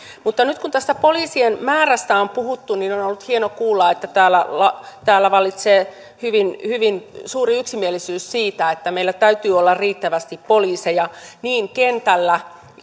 mutta nyt kun tästä poliisien määrästä on puhuttu on on ollut hieno kuulla että täällä vallitsee hyvin hyvin suuri yksimielisyys siitä että meillä täytyy olla riittävästi poliiseja niin kentällä